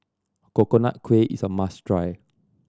Coconut Kuih is a must try